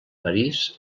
parís